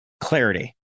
clarity